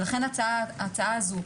לכן ההצעה הזו,